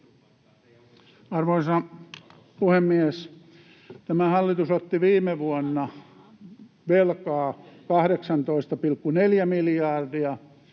Arvoisa puhemies! Tämä hallitus otti viime vuonna velkaa 18,4 miljardia,